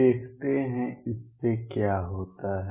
देखते हैं इससे क्या होता है